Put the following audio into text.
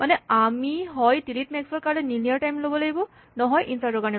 মানে আমি হয় ডিলিট মেক্সৰ কাৰণে লিনিয়াৰ টাইম ল'ব লাগিব নহয় ইনচাৰ্টৰ কাৰণে